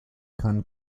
kann